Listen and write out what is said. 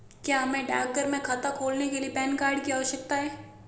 क्या हमें डाकघर में खाता खोलने के लिए पैन कार्ड की आवश्यकता है?